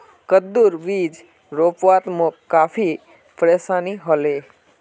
कद्दूर बीज रोपवात मोक काफी परेशानी ह ले